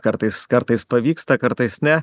kartais kartais pavyksta kartais ne